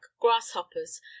grasshoppers